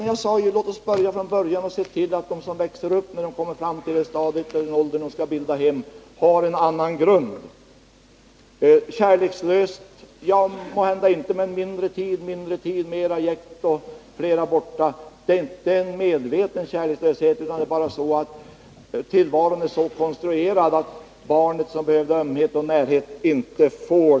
Men jag sade: Låt oss börja från början och se till att de som växer upp får en annan grund att stå på, när de kommer till det stadium och den ålder då de skall bilda hem! Vi har också diskuterat om hemmen nu är mera kärlekslösa. Måhända är de inte det, men föräldrarna har mindre tid. Det är mera jäkt och fler saker som skall skötas utanför hemmet. Det är inte en medveten kärlekslöshet, utan tillvaron är så konstruerad att barnen inte får den ömhet och närhet de behöver.